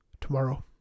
tomorrow